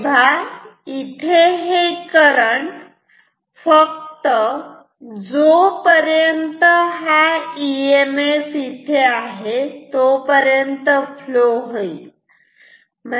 तेव्हा इथे हे करंट फक्त जोपर्यंत हा इ एम एफ इथे आहे तोपर्यंत फ्लो होईल